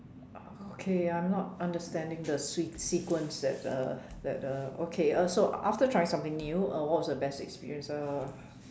okay I'm not understanding the se~ sequence that uh that uh okay uh so after trying something new uh what was the best experience uh